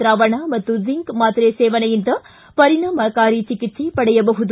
ದ್ರಾವಣ ಮತ್ತು ಝಿಂಕ್ ಮಾತ್ರೆ ಸೇವನೆಯಿಂದ ಪರಿಣಾಮಕಾರಿ ಚೆಕಿತ್ಸೆ ಪಡೆಯಬಹುದು